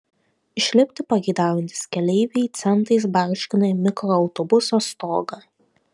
išlipti pageidaujantys keleiviai centais barškina į mikroautobuso stogą